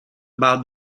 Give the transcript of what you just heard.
about